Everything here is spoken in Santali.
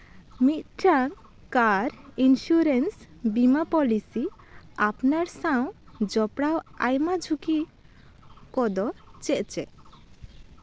ᱢᱤᱫᱴᱟᱝ ᱠᱟᱨ ᱤᱱᱥᱩᱨᱮᱱᱥ ᱵᱤᱢᱟ ᱯᱚᱞᱤᱥᱤ ᱟᱯᱱᱟᱨ ᱥᱟᱶ ᱡᱚᱯᱲᱟᱣ ᱟᱭᱢᱟ ᱡᱷᱩᱸᱠᱤ ᱠᱚᱫᱚ ᱪᱮᱫ ᱪᱮᱫ